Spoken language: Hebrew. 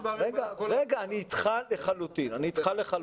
מה שאני אומר הוא דבר פשוט: